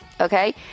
Okay